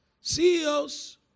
CEOs